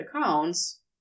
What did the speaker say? accounts